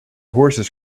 horses